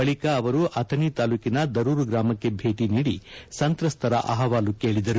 ಬಳಿಕ ಅವರು ಅಥಣಿ ತಾಲ್ಲೂಕಿನ ದರೂರು ಗ್ರಾಮಕ್ಕೆ ಭೇಟಿ ನೀಡಿ ಸಂತ್ರಸ್ತರ ಅಹವಾಲು ಕೇಳಿದರು